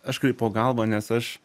aš kraipau galvą nes aš